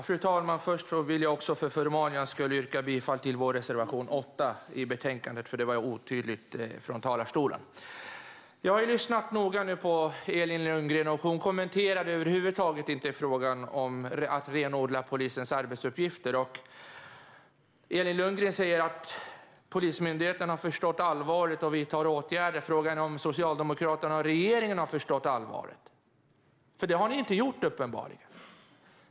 Fru talman! För ordningens skull vill jag yrka bifall till vår reservation 8 i betänkandet eftersom det blev otydligt från talarstolen. Jag har lyssnat noga på Elin Lundgren, och hon kommenterade över huvud taget inte frågan om att renodla polisens arbetsuppgifter. Elin Lundgren säger att Polismyndigheten har förstått allvaret och vidtar åtgärder. Frågan är om Socialdemokraterna och regeringen har förstått allvaret. Det har ni uppenbarligen inte gjort.